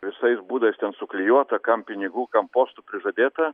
visais būdais ten suklijuota kam pinigų kam postų prižadėta